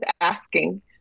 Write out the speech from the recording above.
asking